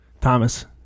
Thomas